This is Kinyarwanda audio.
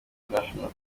international